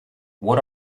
what